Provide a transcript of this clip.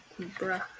Bruh